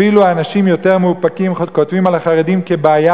אפילו אנשים יותר מאופקים כותבים על החרדים כבעיה